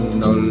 no